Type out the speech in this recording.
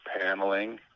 paneling